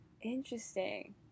Interesting